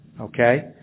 Okay